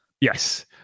yes